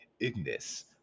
Ignis